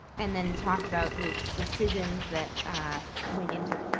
and then talk about the decisions that went into,